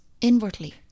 inwardly